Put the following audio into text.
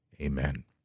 Amen